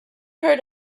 heard